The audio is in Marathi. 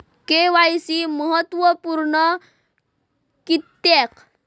के.वाय.सी महत्त्वपुर्ण किद्याक?